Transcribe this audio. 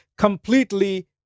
Completely